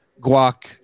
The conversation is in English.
guac